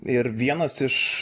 ir vienas iš